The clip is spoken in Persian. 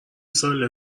ساله